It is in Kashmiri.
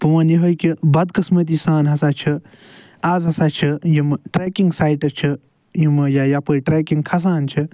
بہٕ ونہِ یِہَے کہِ بدقٕسمتی سان ہسا چھِ اَز ہسا چھِ یِم ٹرٛیکِنٛگ سایٹٕس چھِ یِم یا یپٲرۍ ٹرٛیکِنٛگ کھسان چھِ